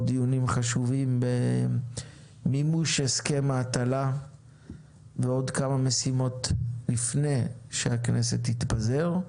דיונים חשובים במימוש הסכם ההטלה ועוד כמה משימות לפני שהכנסת תתפזר.